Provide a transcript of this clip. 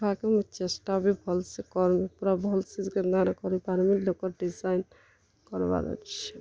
ଶିଖବାର୍ କେ ମୁଇଁ ଚେଷ୍ଟା ବି ଭଲ୍ ସେ କର୍ମି ପୁରା ଭଲ୍ ସେ କେନ୍ତା କରି କରିପାର୍ମି ଲୋକ୍ ର ଡ଼ିଜାଇନ୍ କର୍ବାର୍ ଅଛେ